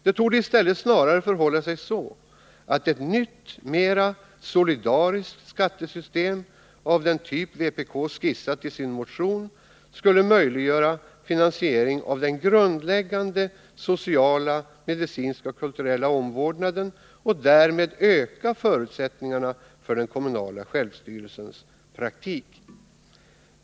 Det torde i stället snarare förhålla sig så att ett nytt, mera solidariskt skattesystem av den typ vpk skissat i sin motion skulle möjliggöra finansiering av den grundläggande sociala, medicinska och kulturella omvårdnaden och därmed öka förutsättningarna för den kommunala självstyrelsens praktik.